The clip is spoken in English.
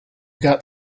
got